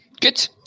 Good